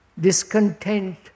Discontent